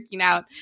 out